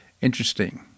Interesting